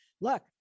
Look